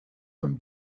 from